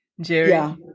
Jerry